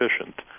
efficient